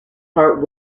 part